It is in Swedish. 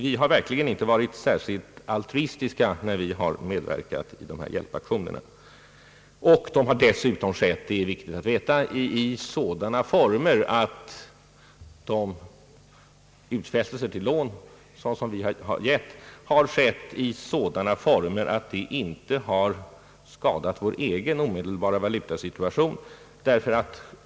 Vi har verkligen inte varit särskilt altruistiska när vi medverkat i dessa hjälpaktioner, och de har dessutom skett — det är viktigt att veta — i sådana former att de utfästelser till lån, som vi gett, inte skadat vår egen omedelbara valutasituation.